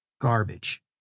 garbage